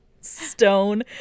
stone